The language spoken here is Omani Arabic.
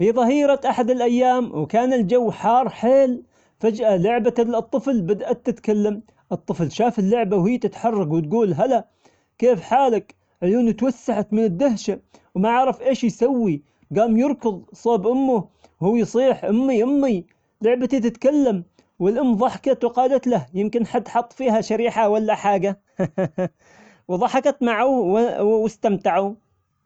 في ظهيرة أحد الأيام وكان الجو حار حيل فجأة لعبة الطفل بدأت تتكلم، الطفل شاف اللعبة وهي تتحرك وتقول هلا كيف حالك ؟ عيونه اتوسعت من الدهشة وما عرف أيش يسوي، قام يركظ قصاد أمه وهو يصيح أمي أمي لعبتي تتكلم، والأم ضحكت وقالت له يمكن حد حط فيها شريحة ولا حاجة وضحكت معه واستمتعوا.